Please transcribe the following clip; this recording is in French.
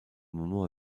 moment